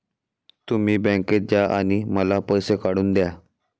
तुम्ही बँकेत जा आणि मला पैसे काढून दया